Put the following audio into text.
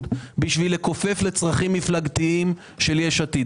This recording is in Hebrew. בשביל לכופף לצרכים מפלגתיים של יש עתיד.